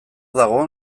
dago